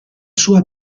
sua